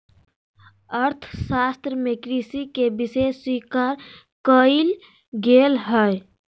अर्थशास्त्र में कृषि के विशेष स्वीकार कइल गेल हइ